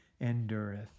endureth